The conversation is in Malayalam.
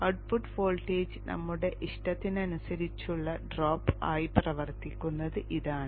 ഔട്ട്പുട്ട് വോൾട്ടേജ് നമ്മുടെ ഇഷ്ടത്തിനനുസരിച്ചുള്ള ഡ്രോപ്പ് ആയി പ്രവർത്തിക്കുന്നത് ഇതാണ്